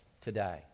today